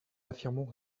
n’affirmons